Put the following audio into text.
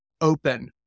open